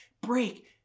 break